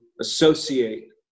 associate